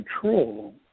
control